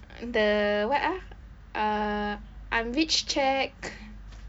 the what ah uh I'm rich check